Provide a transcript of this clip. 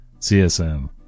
CSM